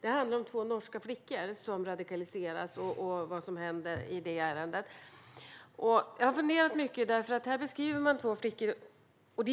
Den handlar om två norska flickor som radikaliseras. Det